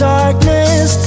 darkness